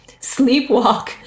sleepwalk